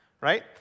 right